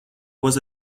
was